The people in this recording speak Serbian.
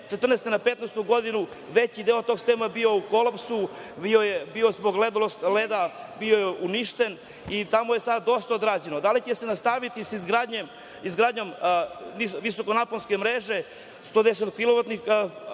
2014. na 2015. godinu veći deo tog sistema bio u kolapsu, zbog leda je bio uništen i tamo je sada dosta građeno. Da li će se nastaviti sa izgradnjom visokonaponske mreže 110